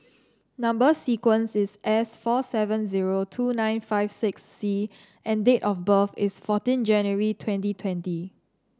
number sequence is S four seven zero two nine five six C and date of birth is fourteen January twenty twenty